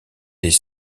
les